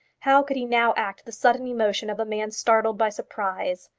how could he now act the sudden emotion of a man startled by surprise?